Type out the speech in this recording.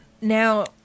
now